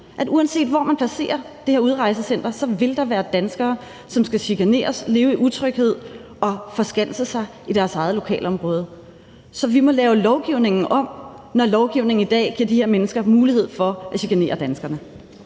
uanset hvor man placerer det her udrejsecenter, vil der være danskere, som skal chikaneres, leve i utryghed og forskanse sig i deres eget lokalområde. Så lovgivningen må laves om, når lovgivningen i dag giver de her mennesker mulighed for at chikanere danskerne.